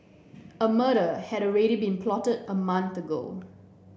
a murder had already been plotted a month ago